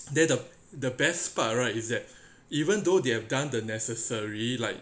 then the the best part right is that even though they've done the necessary like